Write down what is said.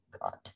God